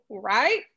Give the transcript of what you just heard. Right